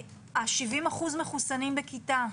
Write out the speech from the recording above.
70% מחוסנים בכיתה,